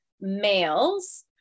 males